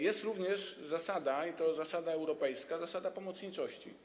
Jest również zasada, i to europejska, zasada pomocniczości.